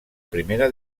primera